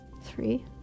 Three